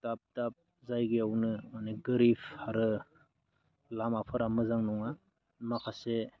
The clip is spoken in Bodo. दाब दाब जायगायावनो माने गोरिब आरो लामाफोरा मोजां नङा माखासे